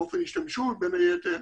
או אופן השתמשות, בין היתר,